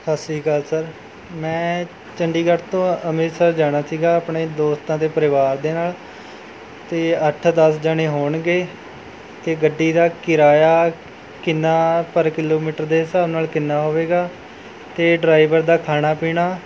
ਸਤਿ ਸ਼੍ਰੀ ਅਕਾਲ ਸਰ ਮੈਂ ਚੰਡੀਗੜ੍ਹ ਤੋਂ ਅੰਮ੍ਰਿਤਸਰ ਜਾਣਾ ਸੀਗਾ ਆਪਣੇ ਦੋਸਤਾਂ ਦੇ ਪਰਿਵਾਰ ਦੇ ਨਾਲ਼ ਅਤੇ ਅੱਠ ਦਸ ਜਾਣੇ ਹੋਣਗੇ ਅਤੇ ਗੱਡੀ ਦਾ ਕਿਰਾਇਆ ਕਿੰਨਾ ਪਰ ਕਿਲੋਮੀਟਰ ਦੇ ਹਿਸਾਬ ਨਾਲ਼ ਕਿੰਨਾ ਹੋਵੇਗਾ ਅਤੇ ਡਰਾਈਵਰ ਦਾ ਖਾਣਾ ਪੀਣਾ